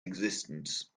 existence